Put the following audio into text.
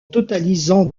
totalisant